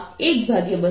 52 0